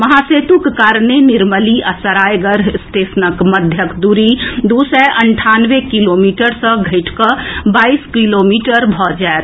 महासेतुक कारणे निर्मली आ सरायगढ़ स्टेशनक मध्यक दूरी दू सय अंठानवे किलोमीटर सँ घटि कऽ बाईस किलोमीटर भऽ जायत